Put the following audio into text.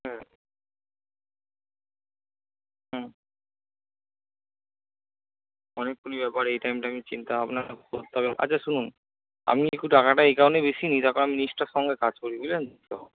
হুম হুম অনেকগুলি ব্যাপার এই টাইমটা নিয়ে চিন্তাভাবনা করতে হবে আচ্ছা শুনুন আমি একটু টাকাটা এই কারণেই বেশি নিই তার কারণ নিষ্ঠার সঙ্গে কাজ করি বুঝলেন তো